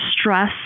stress